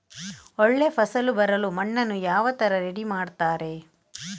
ಒಳ್ಳೆ ಫಸಲು ಬರಲು ಮಣ್ಣನ್ನು ಯಾವ ತರ ರೆಡಿ ಮಾಡ್ತಾರೆ?